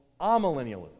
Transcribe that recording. amillennialism